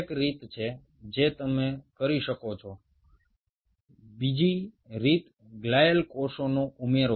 দ্বিতীয় উপায়টি হলো গ্লিয়াল কোষগুলোকে যোগ করা